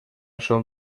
son